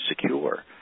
secure